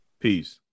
Peace